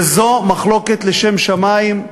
וזו מחלוקת לשם שמים,